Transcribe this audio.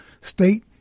State